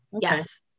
Yes